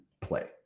play